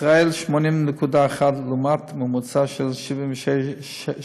בישראל 80.1 לעומת ממוצע של 77.9,